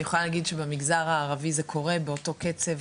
אני יכולה להגיד שבמגזר הערבי זה קורה באותו קצב,